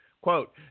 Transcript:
Quote